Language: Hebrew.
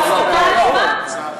זו החלטה אלימה,